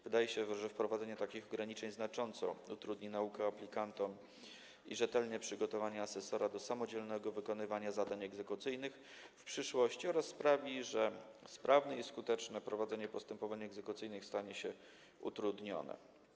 Wydaje się też, że wprowadzenie takich ograniczeń znacząco utrudni naukę aplikantom i rzetelne przygotowanie asesora do samodzielnego wykonywania zadań egzekucyjnych w przyszłości oraz sprawi, że sprawne i skuteczne prowadzenie postępowań egzekucyjnych stanie się utrudnione.